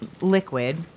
liquid